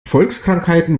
volkskrankheiten